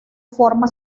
forma